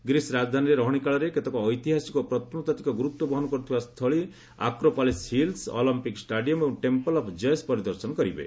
Greece ରାଜଧାନୀରେ ରହଣିକାଳରେ କେତେକ ଐତିହାସିକ ଓ ପ୍ରତ୍ନତାତ୍ତ୍ୱିକ ଗୁରୁତ୍ୱ ବହନ କରୁଥିବା ସ୍ଥଳୀ ଆକ୍ରୋପୋଲିସ୍ ହିଲ୍ ଅଲମ୍ପିକ୍ ଷ୍ଟାଡିୟମ୍ ଏବଂ ଟେମ୍ପଲ ଅଫ୍ କେୟସ୍ ପରିଦର୍ଶନ କରିବେ